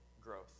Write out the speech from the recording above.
growth